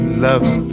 love